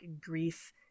grief